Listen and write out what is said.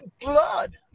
blood